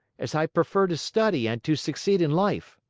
as i prefer to study and to succeed in life.